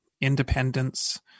independence